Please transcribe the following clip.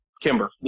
Kimber